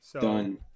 done